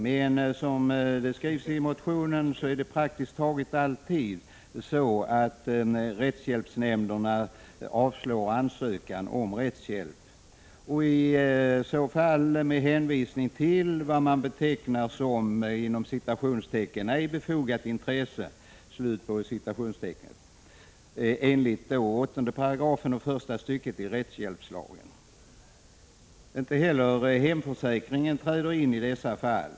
Men, som det skrivs i motionen, praktiskt taget alltid avslår rättshjälpsnämnderna ansökan om rättshjälp med hänvisning till vad man betecknar som ”ej befogat intresse” enligt 8 § första stycket rättshjälpslagen. Inte heller hemförsäkringen träder in i dessa fall.